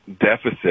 deficit